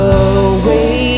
away